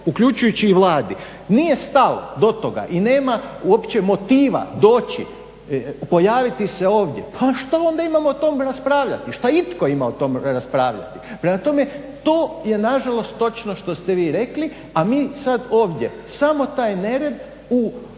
uključujući i Vladu nije stalo do toga i nema uopće motiva doći pojaviti se ovdje pa što onda imamo o tome raspravljati, šta itko ima o tome raspravljati. Prema tome to je nažalost točno što ste rekli a mi sada ovdje samo taj nered u formi